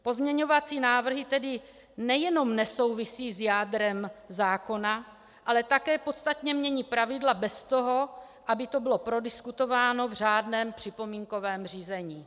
Pozměňovací návrhy tedy nejenom nesouvisejí s jádrem zákona, ale také podstatně mění pravidla bez toho, aby to bylo prodiskutováno v řádném připomínkovém řízení.